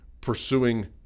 pursuing